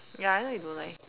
ya I know you don't like